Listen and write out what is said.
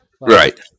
Right